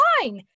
fine